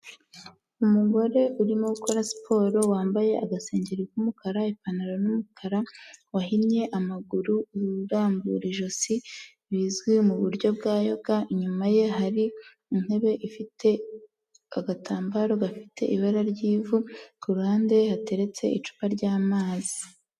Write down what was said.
Umugore urimo gukora siporo wambaye agasengeri k'umukara, ipantaro y'umukara, wahinnye amaguru urambura ijosi bizwi mu buryo bwa yoga. Inyuma ye hari intebe ifite agatambaro gafite ibara ry'ivu. Ku ruhande hateretse icupa ry'amazi.